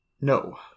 No